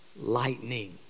lightning